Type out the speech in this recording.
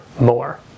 more